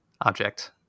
object